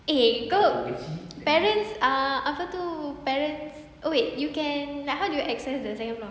eh kau parents ah apa tu parents okay you can like how do you access the second floor